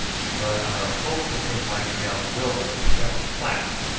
but our hope that they might now go fell flat,